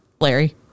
Larry